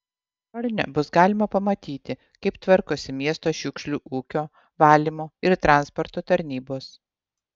kiolne bus galima pamatyti kaip tvarkosi miesto šiukšlių ūkio valymo ir transporto tarnybos